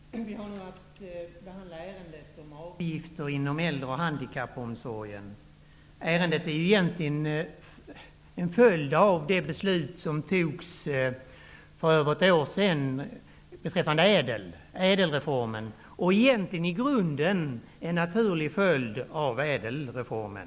Fru talman! Vi har nu att behandla ärendet om avgifter inom äldre och handikappomsorgen. Ärendet är egentligen en följd av det beslut som fattades för över ett år sedan beträffande ÄDEL reformen och i grunden en naturlig följd av den reformen.